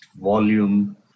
volume